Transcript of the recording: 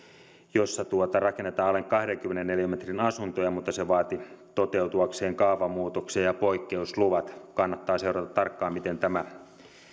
rakennetaan alle kahdenkymmenen neliömetrin asuntoja mutta se vaati toteutuakseen kaavamuutoksia ja poikkeusluvat kannattaa seurata tarkkaan miten tämä